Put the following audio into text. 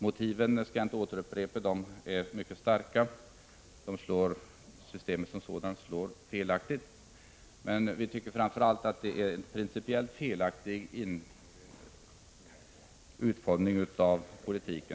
Jag skall inte återupprepa motiven för detta, även om de är mycket starka och systemet som sådant slår felaktigt. Vi tycker framför allt att utformningen av politiken är principiellt felaktig.